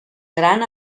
gran